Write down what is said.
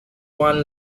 one